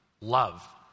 love